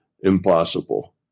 impossible